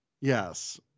Yes